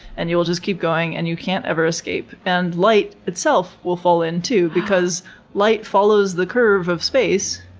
and you will just keep going and you can't ever escape. and light itself will fall in too because light follows the curve of space,